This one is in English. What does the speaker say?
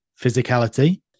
physicality